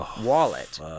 wallet